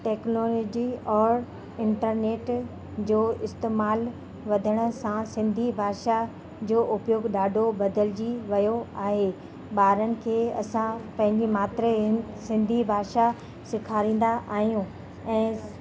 technology और internet जो इस्तेमाल वधण सां सिंधी भाषा जो उपयोग ॾाढो बलदिजी वियो आहे ॿारनि खे असां पंहिंजी मातृ आहिनि सिंधी भाषा सेखारींदा आहियूं ऐं